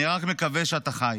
אני רק מקווה שאתה חי.